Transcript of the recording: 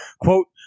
Quote